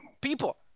People